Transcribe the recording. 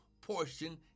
portion